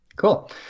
Cool